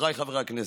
חבריי חברי הכנסת,